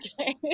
Okay